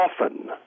often